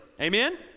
Amen